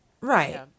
right